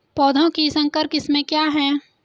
पौधों की संकर किस्में क्या हैं?